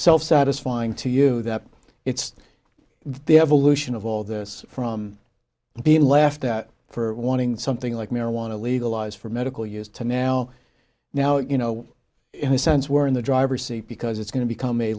so satisfying to you that it's the evolution of all this from being laughed at for wanting something like marijuana legalized for medical use to now now you know in a sense we're in the driver's seat because it's going to become a